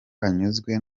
anyuzwe